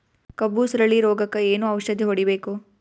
ಕಬ್ಬು ಸುರಳೀರೋಗಕ ಏನು ಔಷಧಿ ಹೋಡಿಬೇಕು?